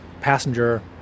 passenger